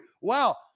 wow